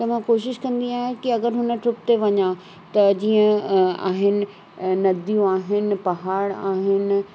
त मां कोशिश कंदी आहियां कि अगरि हुन ट्रिप ते वञा त जीअं आहिनि नदियूं आहिनि पहाड़ आहिनि